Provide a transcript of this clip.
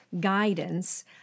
guidance